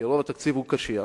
כי רוב התקציב קשיח,